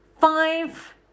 Five